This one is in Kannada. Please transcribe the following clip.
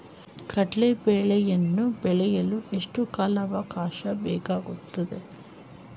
ಕಡ್ಲೆ ಬೇಳೆಯನ್ನು ಬೆಳೆಯಲು ಎಷ್ಟು ಕಾಲಾವಾಕಾಶ ಬೇಕಾಗುತ್ತದೆ?